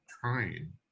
trying